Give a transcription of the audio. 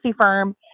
firm